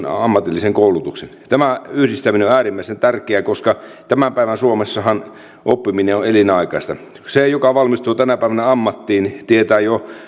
ammatillisen koulutuksen tämä yhdistäminen on äärimmäisen tärkeää koska tämän päivän suomessahan oppiminen on elinikäistä se joka valmistuu tänä päivänä ammattiin tietää jo